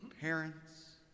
parents